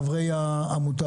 לחברי העמותה,